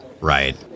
Right